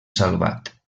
salvat